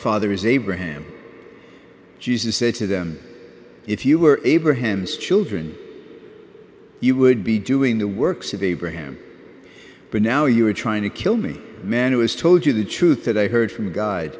father is abraham jesus said to them if you were abraham's children you would be doing the works of abraham but now you are trying to kill me man who has told you the truth that i heard from g